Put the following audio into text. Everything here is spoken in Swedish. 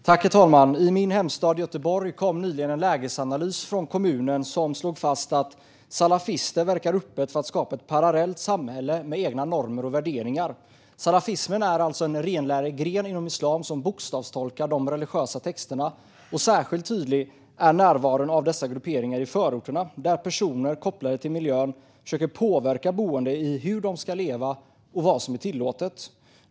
Herr talman! I min hemstad Göteborg kom nyligen en lägesanalys från kommunen som slår fast att salafister verkar öppet för att skapa ett parallellt samhälle med egna normer och värderingar. Salafismen är en renlärig gren inom islam som bokstavstolkar de religiösa texterna. Närvaron av dessa grupperingar är särskilt tydlig i förorterna, där personer kopplade till miljön försöker påverka boende i fråga om hur de ska leva och vad som är tillåtet.